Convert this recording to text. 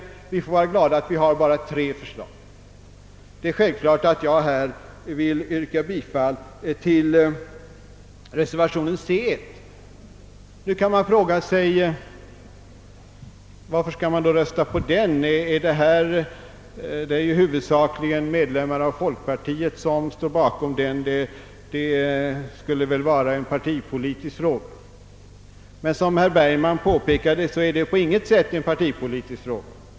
Jag tycker att vi bör vara glada för att vi bara har tre förslag. Det är självklart att jag yrkar bifall till reservationen c 1. Man kan naturligtvis fråga sig, varför man bör rösta just för den reservationen; det är mest folkpartister som står bakom denna reservation, och det skulle tyda på att detta är en partipolitisk fråga. Men som herr Bergman påpekade, är det på intet sätt en partipolitisk fråga.